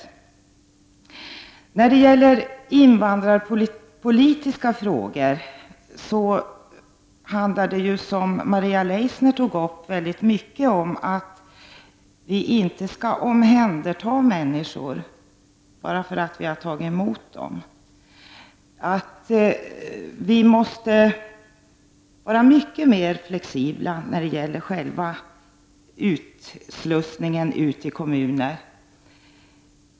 Invandrarpolitiska frågor handlar, som Maria Leissner sade, mycket om att vi inte skall omhänderta människor bara därför att vi har tagit emot dem. Vi måste vara mycket mer flexibla när det gäller själva utslussningen till kommuner.